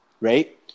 right